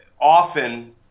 often